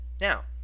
Now